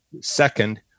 Second